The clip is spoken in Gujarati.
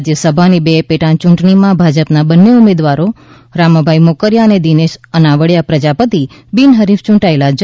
રાજ્યસભાની પેટા ચૂંટણીમાં ભાજપના બંને ઉમેદવારો રામભાઇ મોકરીયા અને દિનેશ અનાવડીયા પ્રજાપતિ બિનહરીફ યૂંટાયેલા જાહેર થયા